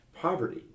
poverty